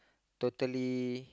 totally